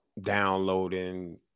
downloading